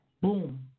Boom